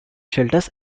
shelters